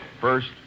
first